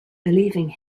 believing